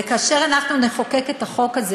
וכאשר אנחנו נחוקק את החוק הזה,